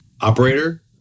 operator